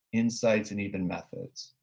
insights, and even methods,